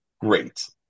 great